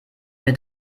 mit